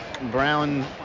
brown